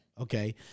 Okay